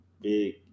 Big